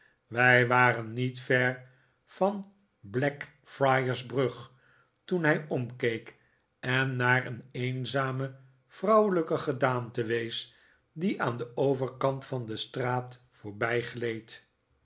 wij waren niet ver van blackfriars brug toeh hij omkeek en naar een eenzame vrouwelijke gedaante wees dre aan den overkant van de straat